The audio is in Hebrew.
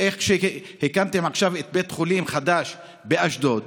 הקמתם עכשיו בית חולים חדש באשדוד,